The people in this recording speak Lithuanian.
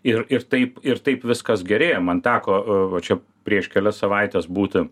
ir ir taip ir taip viskas gerėja man teko čia prieš kelias savaites būti